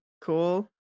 cool